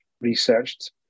researched